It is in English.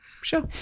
Sure